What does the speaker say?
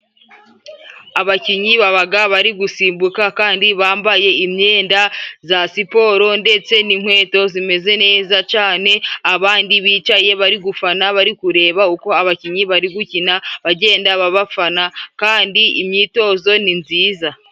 Abakinnyi babaga bari gusimbuka kandi bambaye imyenda za siporo ndetse n'inkweto zimeze neza cane, abandi bicaye bari gufana bari kureba uko abakinnyi bari gukina, bagenda bafana kandi imyitozo ni nziza.